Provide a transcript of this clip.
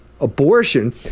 abortion